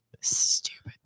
Stupid